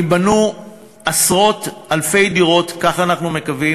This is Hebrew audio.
ייבנו עשרות-אלפי דירות, כך אנחנו מקווים.